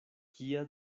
kia